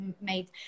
made